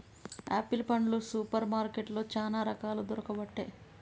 apple పండ్లు super మార్కెట్లో చానా రకాలు దొరుకబట్టె